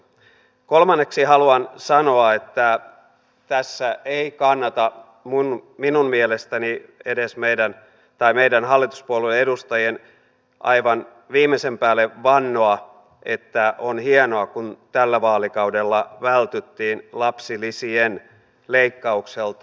kolmanneksi haluan sanoa että minun mielestäni meidän hallituspuolueiden edustajien ei kannata tässä aivan viimeisen päälle vannoa että on hienoa kun tällä vaalikaudella vältyttiin lapsilisien leikkaukselta